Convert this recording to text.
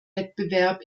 wettbewerb